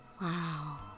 Wow